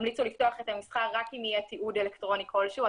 המליצו לפתוח את המסחר רק אם יהיה תיעוד אלקטרוני כלשהו.